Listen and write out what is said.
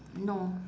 no